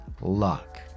luck